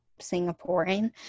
singaporean